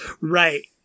right